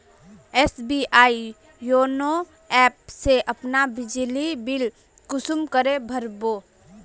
SBI YONO app से अपना बिजली बिल कुंसम करे भर बो?